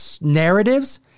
narratives